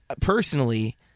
personally